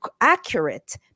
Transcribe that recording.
accurate